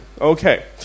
Okay